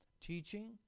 teaching